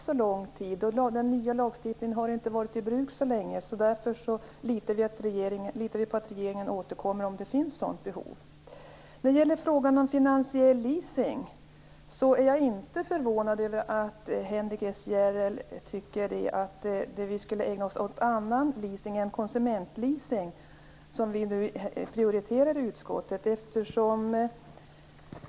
Den nya lagstiftningen har inte varit i kraft så länge, och vi litar på att regeringen återkommer om ett sådant här behov finns. I frågan om finansiell leasing är jag inte förvånad över att Henrik S Järrel tycker att vi i utskottet bör ägna oss åt annan leasing än konsumentleasing, som vi nu prioriterar.